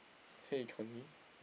hey Kony